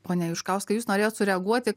pone juškauskai jūs norėjot sureaguoti